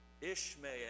Ishmael